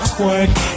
work